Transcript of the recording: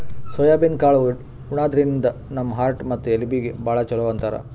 soybean ಕಾಳ್ ಉಣಾದ್ರಿನ್ದ ನಮ್ ಹಾರ್ಟ್ ಮತ್ತ್ ಎಲಬೀಗಿ ಭಾಳ್ ಛಲೋ ಅಂತಾರ್